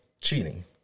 Cheating